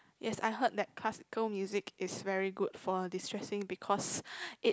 yes I heard that classical music is very good for destressing because it